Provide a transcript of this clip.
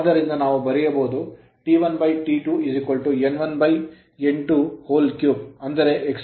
ಆದ್ದರಿಂದ ನಾವು ಬರೆಯಬಹುದು T1 T2 n1n23 ಅಂದರೆ x3 ಆದ್ದರಿಂದ T1 T2 x3